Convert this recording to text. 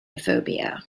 phobia